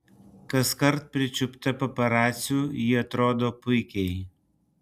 kaskart pričiupta paparacių ji atrodo puikiai